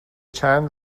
چند